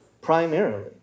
primarily